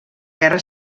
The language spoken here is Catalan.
guerra